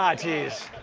ah geez.